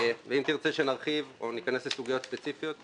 ואם תרצה שנרחיב או שניכנס לסוגיות ספציפיות,